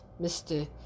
Mr